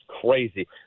crazy